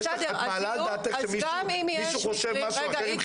את מעלה על דעתך שמישהו חושב משהו אחר?